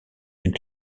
une